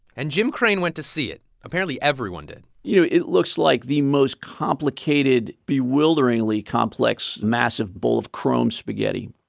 and jim krane went to see it. apparently, everyone did you know, it looks like the most complicated, bewilderingly complex massive bowl of chrome spaghetti,